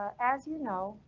as you know,